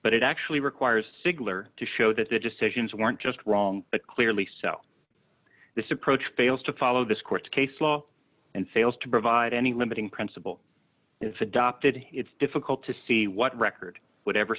but it actually requires sigler to show that the decisions weren't just wrong but clearly so this approach fails to follow this court case law and fails to provide any limiting principle if adopted it's difficult to see what record would ever